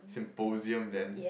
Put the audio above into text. symposium then